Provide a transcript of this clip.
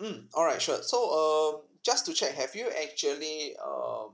mm alright sure so err just to check have you actually um